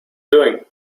doing